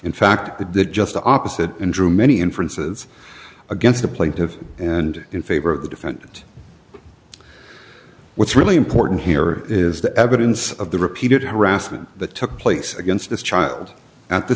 in fact it did just the opposite and drew many inferences against the plaintive and in favor of the defendant what's really important here is the evidence of the repeated harassment that took place against this child at the